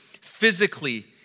physically